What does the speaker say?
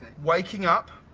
waking up